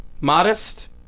Modest